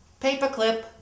paperclip